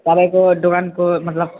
तपाईँको दोकानको मतलब